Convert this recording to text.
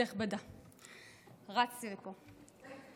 רצתי לפה